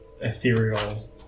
ethereal